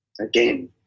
again